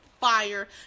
fire